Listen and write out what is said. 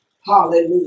Hallelujah